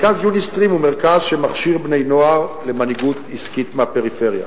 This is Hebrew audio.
מרכז "יוניסטרים" הוא מרכז שמכשיר בני-נוער למנהיגות עסקית מהפריפריה.